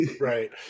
right